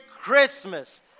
Christmas